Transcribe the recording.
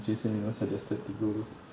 jason you know suggested to go